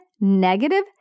negative